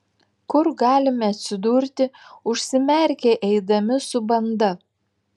kur galime atsidurti užsimerkę eidami su banda